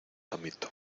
amito